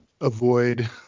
avoid